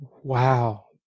Wow